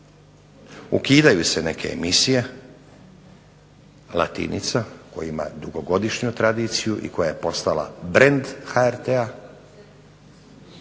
Ukidaju se neke emisije, "Latinica" koja ima dugogodišnju tradiciju i koja je postala brend HRT-a,